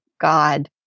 God